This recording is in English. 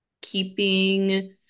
keeping